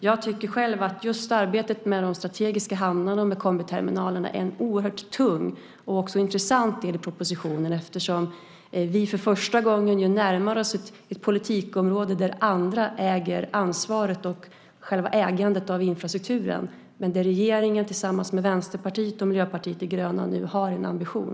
Jag tycker själv att arbetet med de strategiska hamnarna och kombiterminalerna är en tung och intressant del i propositionen. För första gången närmar vi oss här ett politikområde där andra ansvarar för infrastrukturen men där regeringen tillsammans med Vänsterpartiet och Miljöpartiet de gröna nu har en ambition.